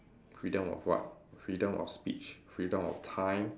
freedom of what freedom of speech freedom of time